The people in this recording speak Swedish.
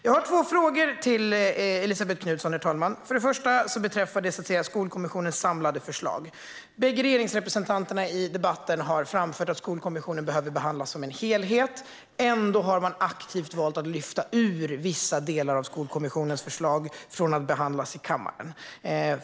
Jag har två frågor till Elisabet Knutsson, herr talman. Den första handlar om Skolkommissionens samlade förslag. Bägge regeringsrepresentanterna i debatten har framfört att Skolkommissionen behöver behandlas som en helhet. Ändå har man aktivt valt att lyfta bort vissa delar av Skolkommissionens förslag från att behandlas i kammaren.